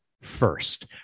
first